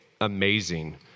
amazing